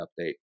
update